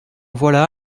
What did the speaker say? voilà